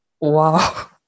Wow